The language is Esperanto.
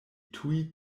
tuj